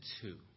two